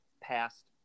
passed